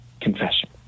confession